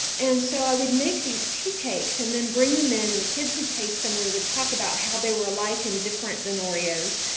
and so i would make these teacakes and then bring them in. and the kids would taste them. we would talk about how they were alike and different than oreos.